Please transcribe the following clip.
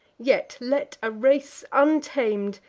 yet let a race untam'd,